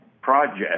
project